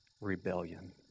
rebellion